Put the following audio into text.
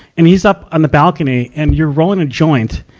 and he's up on the balcony, and you're rolling a joint,